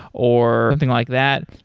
or something like that.